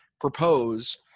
propose